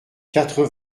quatre